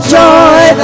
joy